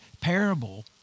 parable